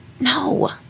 no